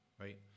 right